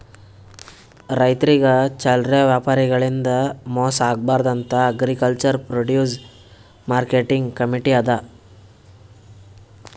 ರೈತರಿಗ್ ಚಲ್ಲರೆ ವ್ಯಾಪಾರಿಗಳಿಂದ್ ಮೋಸ ಆಗ್ಬಾರ್ದ್ ಅಂತಾ ಅಗ್ರಿಕಲ್ಚರ್ ಪ್ರೊಡ್ಯೂಸ್ ಮಾರ್ಕೆಟಿಂಗ್ ಕಮೀಟಿ ಅದಾ